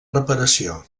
reparació